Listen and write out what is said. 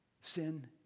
Sin